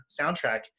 soundtrack